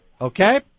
Okay